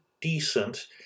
decent